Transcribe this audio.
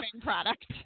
product